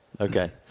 Okay